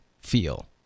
feel